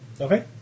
Okay